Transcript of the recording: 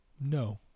No